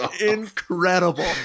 incredible